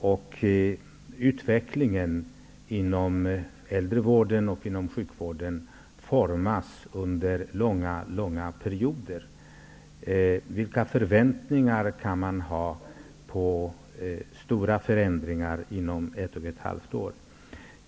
och att utvecklingen inom äldrevården och sjukvården faktiskt formas under en väldigt lång tid. Vilka förväntningar kan man ha när det gäller att åstadkomma stora förändringar, just med tanke på att det rör sig om ett och ett halvt år?